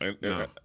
No